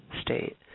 state